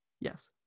Yes